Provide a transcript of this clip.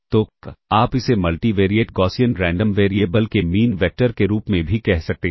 तो आप इसे मल्टीवेरिएट गॉसियन रैंडम वेरिएबल के मीन वेक्टर के रूप में भी कह सकते हैं